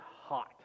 hot